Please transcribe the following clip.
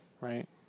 right